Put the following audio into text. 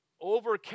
over